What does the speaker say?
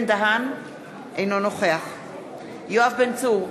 אינו נוכח יואב בן צור,